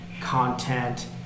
content